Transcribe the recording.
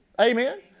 Amen